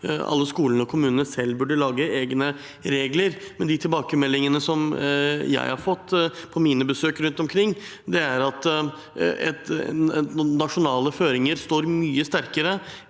alle skolene og kommunene selv burde kunne lage egne regler, men de tilbakemeldingene jeg har fått på mine besøk rundt omkring, er at nasjonale føringer står mye sterkere